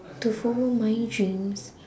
to follow my dreams